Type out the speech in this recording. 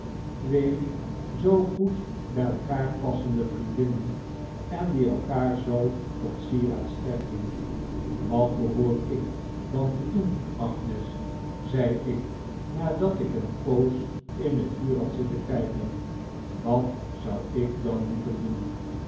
twee zoo goed bij elkaar passende vriendinnen en die elkaar zoo tot sieraad strekten wat behoor ik dan te doen agnes zei ik nadat ik een poos in het vuur had zitten kijken wat zou ik dan moeten doen